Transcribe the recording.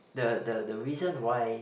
the the the reason why